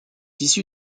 issu